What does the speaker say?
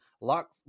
lock